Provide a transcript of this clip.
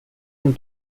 and